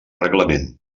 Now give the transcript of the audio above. reglament